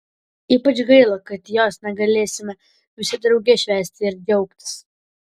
ypač gaila kad jos negalėsime visi drauge švęsti ir džiaugtis